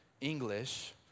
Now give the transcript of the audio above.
English